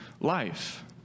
life